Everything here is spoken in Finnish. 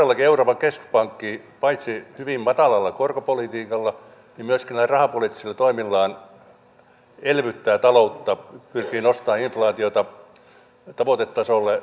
todellakin euroopan keskuspankki paitsi hyvin matalalla korkopolitiikalla myöskin näillä rahapoliittisilla toimillaan elvyttää taloutta pyrkii nostamaan inflaatiota tavoitetasolle